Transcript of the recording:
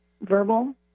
Verbal